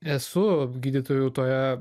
esu gydytojų toje